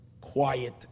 quiet